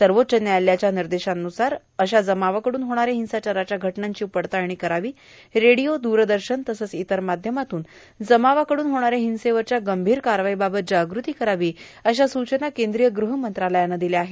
सर्वाच्च न्यायालयाच्या निदशांनुसार अशा जमावाकडून होणाऱ्या हिंसाचाराच्या घटनांची पडताळणी करावी रेडीयो दूरदशन तसंच इतर माध्यमातून जमावाकडून होणाऱ्या हिंसेवरच्या गंभीर कारवाईबाबत जागृती करावी अशा सूचना कद्रीय गृहमंत्रालयानं दिल्या आहेत